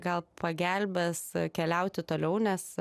gal pagelbės keliauti toliau nes